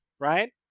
Right